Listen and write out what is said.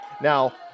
Now